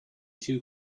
too